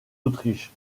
autriche